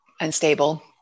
unstable